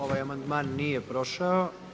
Ovaj amandman nije prošao.